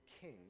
king